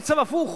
המצב הפוך,